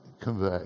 convey